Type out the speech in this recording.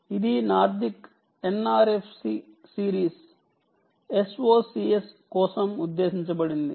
ఇది Nordic NRF series s o c s కోసం ఉద్దేశించబడింది